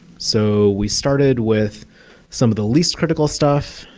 so we started with some of the least critical stuff.